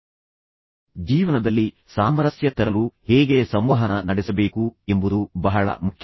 ನಿಮ್ಮ ಜೀವನದಲ್ಲಿ ಸಾಮರಸ್ಯ ಮತ್ತು ಶಾಂತಿಯನ್ನು ತರಲು ಅವರೊಂದಿಗೆ ಹೇಗೆ ಸಂವಹನ ನಡೆಸಬೇಕು ಎಂಬುದನ್ನು ನೀವು ತಿಳಿದುಕೊಳ್ಳುವುದು ಬಹಳ ಮುಖ್ಯ